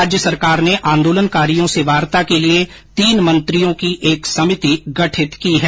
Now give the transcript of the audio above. राज्य सरकार ने आंदोलनकारियों से वार्ता के लिये तीन मंत्रियों की एक समिति गठित की है